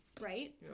right